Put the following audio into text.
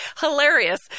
Hilarious